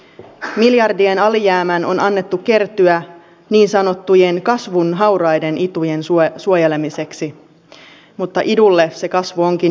miljardien alijäämän on annettu kertyä niin sanottujen kasvun hauraiden itujen suojelemiseksi mutta idulle se kasvu onkin jäänyt